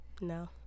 No